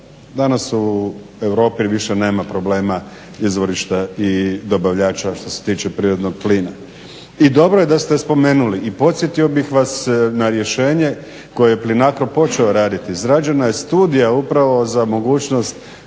Danas u Europi više nema problema, izvorišta i dobavljača što se tiče prirodnog plina. I dobro je da ste spomenuli i podsjetio bih vas na rješenje koje je PLINACRO počeo raditi, izrađena je studija upravo za mogućnost